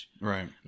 Right